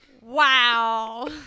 Wow